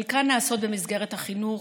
חלקן נעשות במסגרת החינוך,